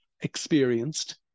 experienced